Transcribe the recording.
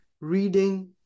Reading